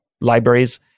libraries